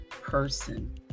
person